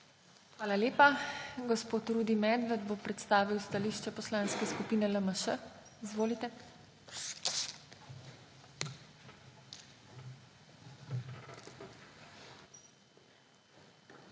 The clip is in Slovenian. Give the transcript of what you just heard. Hvala lepa. Gospod Rudi Medved bo predstavil stališče Poslanske skupine LMŠ. Izvolite. RUDI